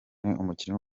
umukinnyi